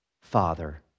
father